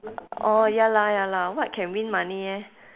orh ya lah ya lah what can win money eh